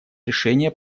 решение